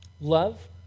Love